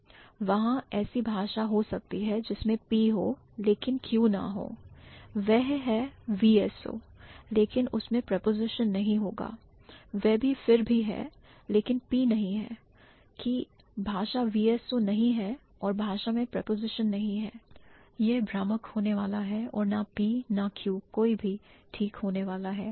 वहां ऐसी भाषा हो सकती है जिसमें P हो लेकिन Q ना हो वह है VSO लेकिन उसमें preposition नहीं होगा वह भी फिर भी है लेकिन P नहीं है की भाषा VSO नहीं है और भाषा में preposition नहीं है यह भ्रामक होने वाला है और ना P ना Q कोई भी ठीक होने वाला है